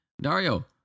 Dario